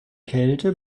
kälte